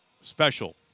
special